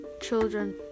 children